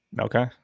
Okay